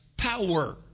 power